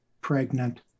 pregnant